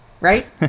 right